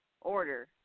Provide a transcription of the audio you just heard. order